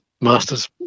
master's